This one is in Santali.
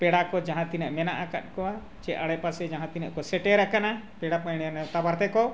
ᱯᱮᱲᱟ ᱠᱚ ᱡᱟᱦᱟᱸ ᱛᱤᱱᱟᱹᱜ ᱢᱮᱱᱟᱜ ᱟᱠᱟᱫ ᱠᱚᱣᱟ ᱥᱮ ᱟᱲᱮ ᱯᱟᱥᱮ ᱡᱟᱦᱟᱸ ᱛᱤᱱᱟᱹᱜ ᱠᱚ ᱥᱮᱴᱮᱨ ᱟᱠᱟᱱᱟ ᱯᱮᱲᱟ ᱯᱟᱹᱲᱦᱟᱹ ᱱᱮᱶᱛᱟ ᱵᱟᱨᱛᱮ ᱠᱚ